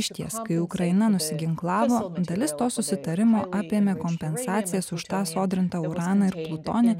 išties kai ukraina nusiginklavo dalis to susitarimo apėmė kompensacijas už tą sodrintą uraną ir plutonį